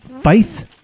faith